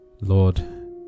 Lord